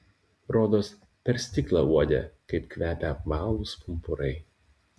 rodos per stiklą uodė kaip kvepia apvalūs pumpurai